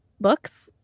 books